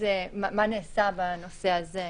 מה נעשה בנושא הזה?